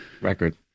record